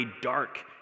dark